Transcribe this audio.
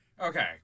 okay